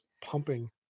pumping